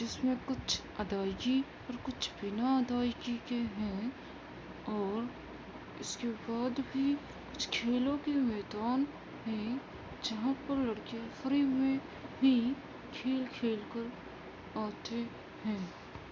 جس میں کچھ ادائیگی اور کچھ بنا ادائیگی کے ہیں اور اس کے بعد بھی کچھ کھیلوں کے میدان ہیں جہاں پر لڑکے فری میں ہی کھیل کھیل کر آتے ہیں